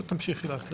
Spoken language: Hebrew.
בואי, תמשיכי להקריא.